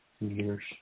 years